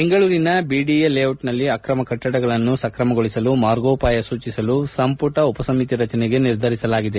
ಬೆಂಗಳೂರಿನ ಬಿಡಿಎ ಬಡಾವಣೆಗಳಲ್ಲಿ ಆಕ್ರಮ ಕಟ್ಟಡಗಳನ್ನು ಸಕ್ರಮಗೊಳಿಸಲು ಮಾರ್ಗೋಪಾಯ ಸೂಚಿಸಲು ಸಂಪುಟ ಉಪಸಮಿತಿ ರಚನೆಗೆ ನಿರ್ಧರಿಸಲಾಗಿದೆ